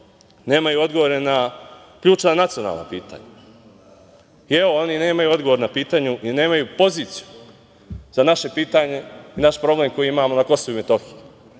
nemaju odgovore na ključna nacionalna pitanja. Evo, oni nemaju odgovor na pitanje i nemaju poziciju za naše pitanje i naš problem koji imamo na Kosovu i Metohiji.